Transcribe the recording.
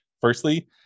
Firstly